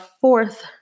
fourth